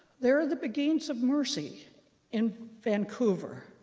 there are the beguines of mercy in vancouver.